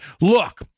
look